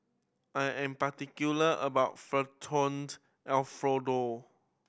I am particular about Alfredo